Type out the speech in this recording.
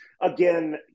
again –